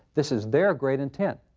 this is their great intent.